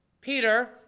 Peter